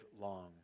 long